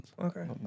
Okay